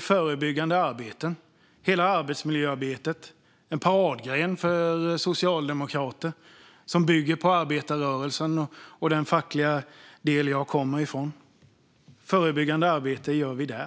förebyggande. Hela arbetsmiljöarbetet är en paradgren för socialdemokrater som bygger på arbetarrörelsen och den fackliga del jag kommer ifrån. Förebyggande arbete gör vi där.